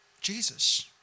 Jesus